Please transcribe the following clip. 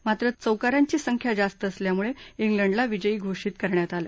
मात्र चौकारांची संख्या जास्त असल्यामुळ झिलडला विजयी घोषित करण्यात आलं